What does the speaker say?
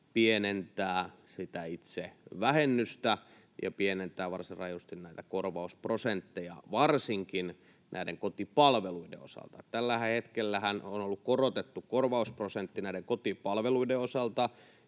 pienentää sitä itse vähennystä ja pienentää varsin rajusti korvausprosentteja varsinkin kotipalveluiden osalta. Tällä hetkellähän on ollut korotettu korvausprosentti näiden kotipalveluiden osalta,